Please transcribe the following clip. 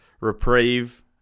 reprieve